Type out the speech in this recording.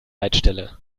leitstelle